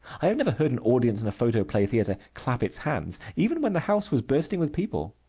i have never heard an audience in a photoplay theatre clap its hands even when the house was bursting with people.